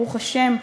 ברוך השם,